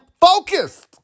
focused